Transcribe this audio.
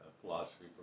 philosophy